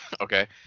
Okay